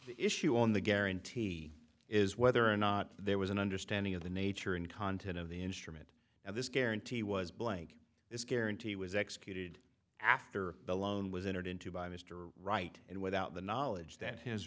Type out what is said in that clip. the issue on the guarantee is whether or not there was an understanding of the nature and content of the instrument and this guarantee was blank this guarantee was executed after the loan was entered into by mr right and without the knowledge that his